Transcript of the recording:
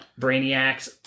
brainiacs